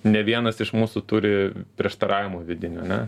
ne vienas iš mūsų turi prieštaravimų vidinių ane